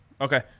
Okay